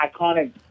iconic